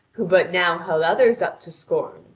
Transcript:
who but now held others up to scorn!